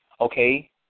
okay